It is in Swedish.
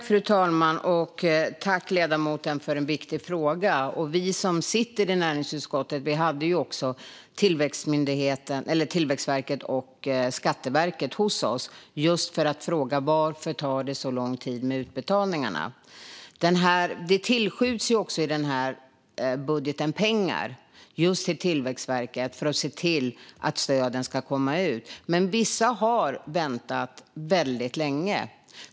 Fru talman! Tack, ledamoten, för en viktig fråga! Vi som sitter i näringsutskottet hade Tillväxtverket och Skatteverket hos oss just för att fråga varför det tar så lång tid med utbetalningarna. Det skjuts ju till pengar just till Tillväxtverket i den här budgeten för att se till att stöden ska komma ut, men vissa har väntat väldigt länge.